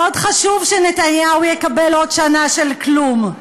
מאוד חשוב שנתניהו יקבל עוד שנה של כלום.